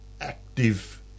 active